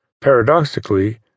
Paradoxically